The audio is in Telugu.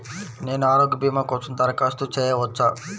నేను ఆరోగ్య భీమా కోసం దరఖాస్తు చేయవచ్చా?